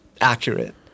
accurate